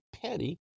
petty